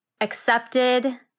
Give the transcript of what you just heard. accepted